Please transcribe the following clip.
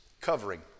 covering